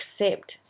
accept